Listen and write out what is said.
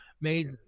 made